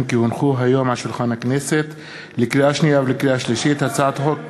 לדעתי, המציע בירך.